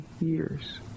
years